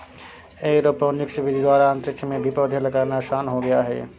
aeroponics विधि द्वारा अंतरिक्ष में भी पौधे लगाना आसान हो गया है